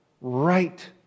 right